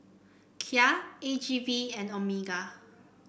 Kia A G V and Omega